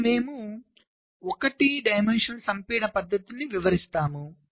ఇక్కడ మేము 1d సంపీడన పద్ధతిని వివరిస్తాము